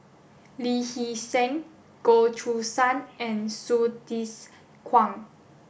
Lee Hee Seng Goh Choo San and Hsu Tse Kwang